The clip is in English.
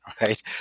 right